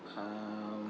um